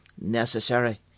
necessary